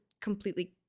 completely